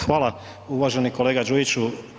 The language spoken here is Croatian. Hvala uvaženi kolega Đujiću.